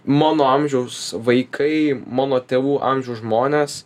mano amžiaus vaikai mano tėvų amžiaus žmonės